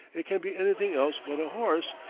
it can be anything else but a horse,